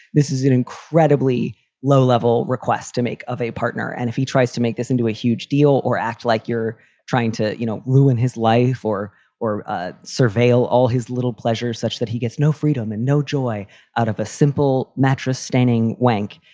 this is an incredibly low level request to make of a partner. and if he tries to make this into a huge deal or act like you're trying to, you know, ruin his life or or ah surveil all his little pleasures such that he gets no freedom and no joy out of a simple mattress staining wank,